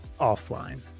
offline